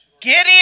Gideon